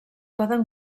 poden